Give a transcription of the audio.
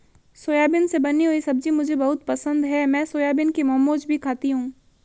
soybean से बनी हुई सब्जी मुझे बहुत पसंद है मैं सोयाबीन के मोमोज भी खाती हूं